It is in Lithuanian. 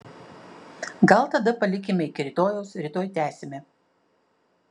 gal tada palikime iki rytojaus rytoj tęsime